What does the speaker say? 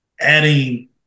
adding